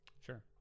sure